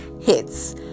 hits